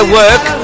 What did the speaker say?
work